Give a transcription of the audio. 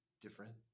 different